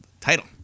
title